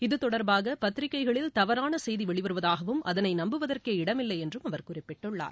இதுதொடர்பாக பத்திரிகைகளில் தவறான செய்தி வெளிவருவதாகவும் அதனை நம்புவதற்கே இடமில்லை என்றும் அவர் குறிப்பிட்டுள்ளார்